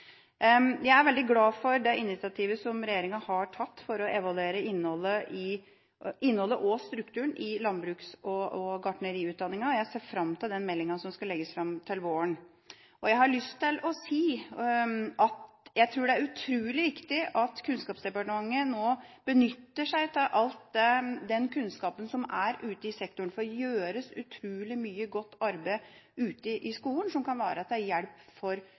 veldig glad for det initiativet som regjeringa har tatt for å evaluere innholdet og strukturen i landbruks- og gartneriutdanninga, og jeg ser fram til den meldinga som skal legges fram til våren. Jeg har lyst til å si at jeg tror det er utrolig viktig at Kunnskapsdepartementet nå benytter seg av all den kunnskapen som er ute i sektoren, for det gjøres utrolig mye godt arbeid ute i skolen som kan være til hjelp for